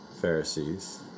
Pharisees